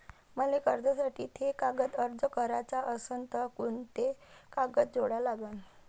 मले कर्जासाठी थे कागदी अर्ज कराचा असन तर कुंते कागद जोडा लागन?